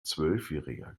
zwölfjähriger